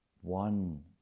one